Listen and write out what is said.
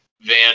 van